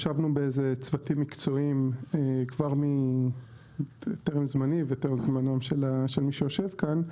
ישבנו בצוותים מקצועיים טרם זמני וטרם זמנם של מי שיושב כאן,